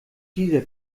dieser